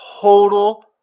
total